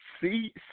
see